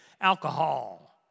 alcohol